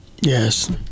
Yes